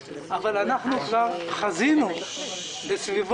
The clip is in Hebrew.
אבל אנחנו כבר חזינו בסביבות